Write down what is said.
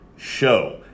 Show